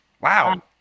Wow